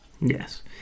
Yes